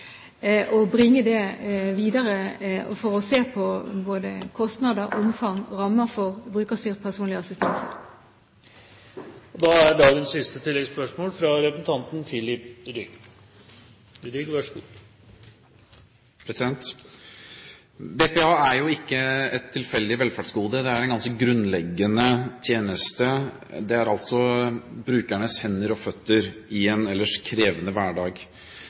og vil bringe det videre for å se på både kostnader, omfang og rammer for brukerstyrt personlig assistanse. Filip Rygg – til oppfølgingsspørsmål. BPA er ikke et tilfeldig velferdsgode. Det er en ganske grunnleggende tjeneste, det er altså brukernes hender og føtter i en ellers krevende hverdag.